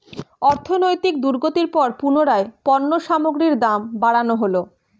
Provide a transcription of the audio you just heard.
অর্থনৈতিক দুর্গতির পর পুনরায় পণ্য সামগ্রীর দাম বাড়ানো হলো